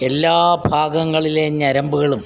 എല്ലാ ഭാഗങ്ങളിലേ ഞരമ്പുകളും